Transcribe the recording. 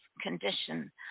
condition